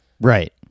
Right